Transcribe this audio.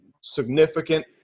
significant